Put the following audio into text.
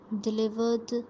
delivered